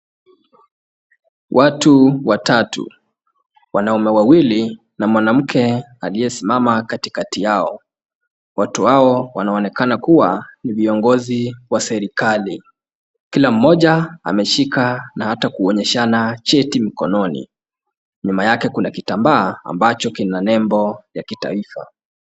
Watu watatu, wanaume wawili na mwanamke aliyesimama katikati yao. Watu hao wanaonekana kuwa ni viongozi wa serikali. Kila mmoja ameshika na hata kuinyeshana cheti mkononi. Nyuma yake kuna kitambaa ambacho kina nembo ya kitaifa.